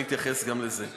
ואני אתייחס גם לזה.